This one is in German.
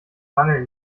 mangel